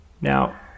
Now